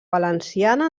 valenciana